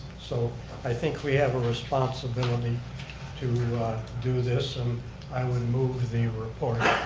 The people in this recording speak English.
so i think we have a responsibility to do this and i would move the report.